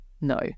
No